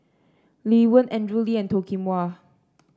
Lee Wen Andrew Lee and Toh Kim Hwa